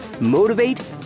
Motivate